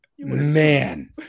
Man